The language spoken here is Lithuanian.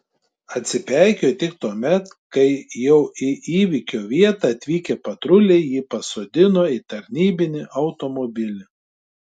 atsipeikėjo tik tuomet kai jau į įvykio vietą atvykę patruliai jį pasodino į tarnybinį automobilį